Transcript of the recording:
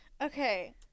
Okay